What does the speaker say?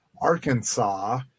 Arkansas